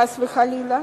חס וחלילה,